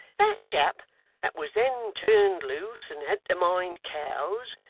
that chap that was then turned loose, and had to mind cows,